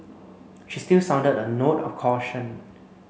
she still sounded a note of caution